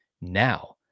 now